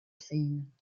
scene